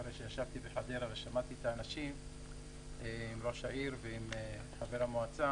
אחרי שישבתי בחדרה עם ראש העיר ועם חבר המועצה